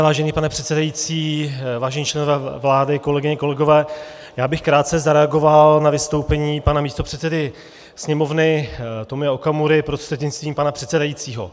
Vážený pane předsedající, vážení členové vlády, kolegyně a kolegové, já bych krátce zareagoval na vystoupení pana místopředsedy Sněmovny Tomia Okamury prostřednictvím pana předsedajícího.